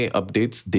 updates